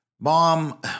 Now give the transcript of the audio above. Mom